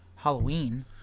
halloween